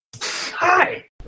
Hi